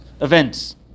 events